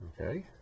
Okay